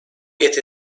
eti